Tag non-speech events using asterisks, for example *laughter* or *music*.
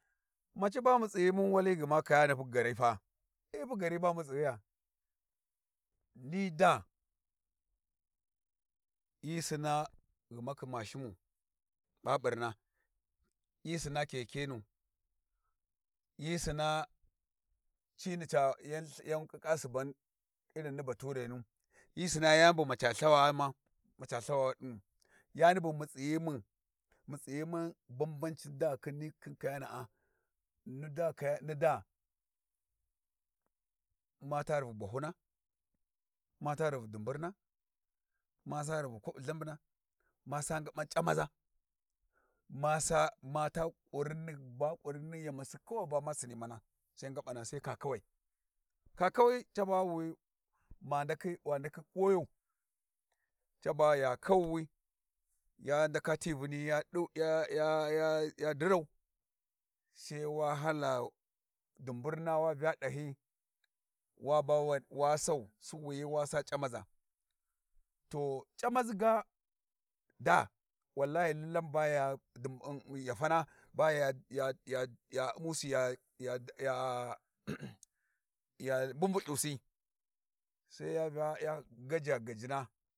Maci ba mu tsighimu wali gma kayani gaari pa hyi pu gaari ba mu tsinghiya, ni daa hyi sinna ghumakhi mashimu ɓaɓurna hyi sinna kekenu, hyi sinna cini ca yan ƙiƙka subun irin ni baturenu, hyi sinna yani bu muca lthawama muca lthawa nu yani bu mutsighimu, mutsighimun banbancin daa khin ni kayana'a, ni da kaya ni daa ma ta ruvu bahuna, ma ta ruvu duburna ma sa ruvu kwabu lthabuna ma sa ngaban c'amaza, masa ma ta kurinni ba kurrini yamasi kawai caba wi ma ndakhi wa ndakhi kuwayo caba ya kauwuwi, ya ndaka ti vuni ya dirau, sai wa hala duburna wa vya ɗahyi, wa ba wa sai suwuyi wa sa c'amaza, to c'amazi ga daa wallhi lillan ba ya di ghiyafana ba ya u'musi ya ya ya *hesitation* ya ya mbumbulthusi sai ya vya ya gaja gajina.